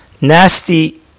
nasty